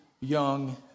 young